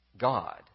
God